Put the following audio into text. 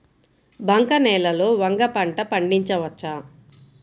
బంక నేలలో వంగ పంట పండించవచ్చా?